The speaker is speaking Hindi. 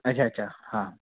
अच्छा अच्छा हाँ